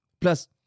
Plus